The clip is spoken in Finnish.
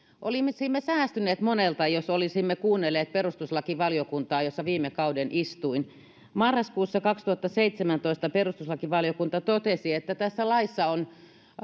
olisimme säästyneet monelta jos olisimme kuunnelleet perustuslakivaliokuntaa jossa viime kauden istuin marraskuussa kaksituhattaseitsemäntoista perustuslakivaliokunta totesi että tässä laissa on